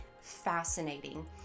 fascinating